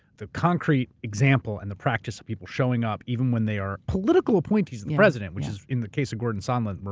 the concrete example and the practice of people showing up even when they are political appointees of the president, which is, in the case of gordon sondland,